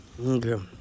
okay